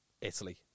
Italy